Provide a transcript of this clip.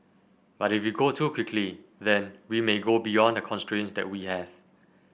but if we go too quickly then we may go beyond the constraints that we have